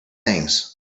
things